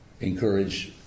encourage